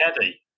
heavy